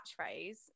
catchphrase